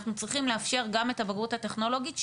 אנחנו צריכים לאפשר גם את הבגרות הטכנולוגית,